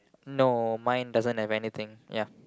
no mine doesn't have anything ya